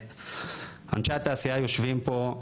אנשי התעשייה יושבים פה,